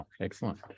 Excellent